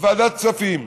ועדת הכספים,